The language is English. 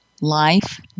life